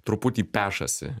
truputį pešasi